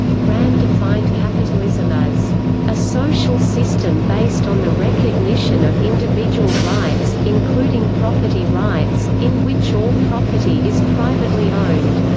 rand defined capitalism as a social system based on the recognition of individual rights, including property rights, in which all property is privately owned.